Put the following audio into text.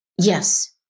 Yes